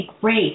great